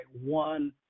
one